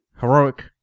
heroic